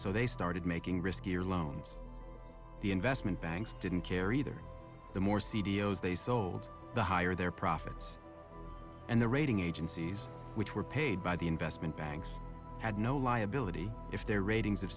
so they started making riskier loans the investment banks didn't care either the more c d o as they sold the higher their profits and the rating agencies which were paid by the investment banks had no liability if their ratings